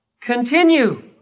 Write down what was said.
continue